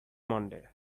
monday